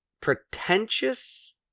pretentious